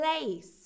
place